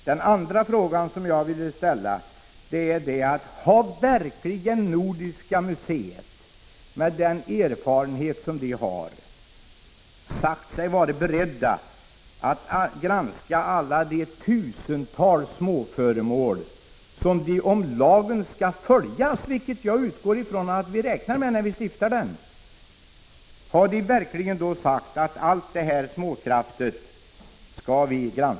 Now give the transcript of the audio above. Den andra fråga som jag ville ställa är: Har man verkligen på Nordiska 41 museet, med den erfarenhet som man där har, sagt sig vara beredd att granska alla de tusentals småföremål som, om lagen skall följas — vilket jag utgår från att vi räknar med när vi stiftar den — skall granskas?